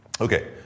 Okay